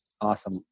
awesome